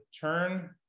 turn